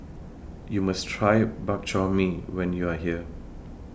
YOU must Try Bak Chor Mee when YOU Are here